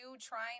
trying